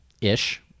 Ish